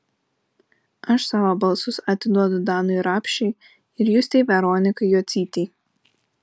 aš savo balsus atiduodu danui rapšiui ir justei veronikai jocytei